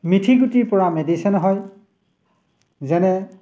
মিঠি গুটিৰ পৰা মেডিচিন হয় যেনে